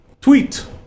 tweet